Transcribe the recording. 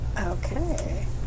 Okay